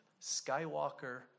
Skywalker